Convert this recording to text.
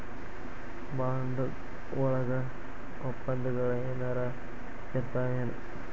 Bond ವಳಗ ವಪ್ಪಂದಗಳೆನರ ಇರ್ತಾವೆನು?